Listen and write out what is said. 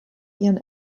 ihren